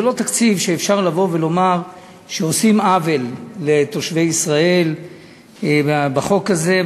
זה לא תקציב שאפשר לבוא ולומר שעושים עוול לתושבי ישראל בחוק הזה,